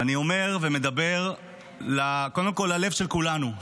ואני אומר ומדבר קודם כול ללב של כולנו,